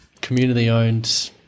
community-owned